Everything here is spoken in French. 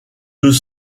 deux